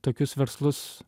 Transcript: tokius verslus